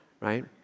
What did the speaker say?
right